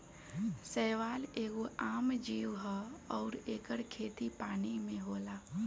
शैवाल एगो आम जीव ह अउर एकर खेती पानी में होला